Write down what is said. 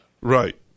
Right